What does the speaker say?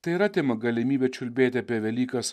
tai ir atima galimybę čiulbėti apie velykas